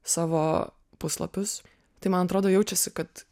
savo puslapius tai man atrodo jaučiasi kad